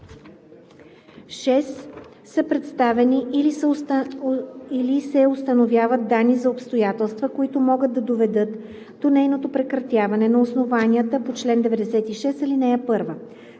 „6. са представени или се установят данни за обстоятелства, които могат да доведат до нейното прекратяване на основанията по чл. 96, ал. 1;